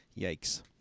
Yikes